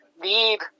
need